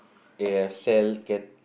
they are sell ca~